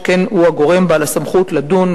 שכן הוא הגורם בעל הסמכות לדון,